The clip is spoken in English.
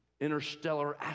interstellar